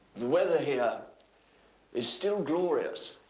weather here is still glorious